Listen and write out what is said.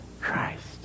Christ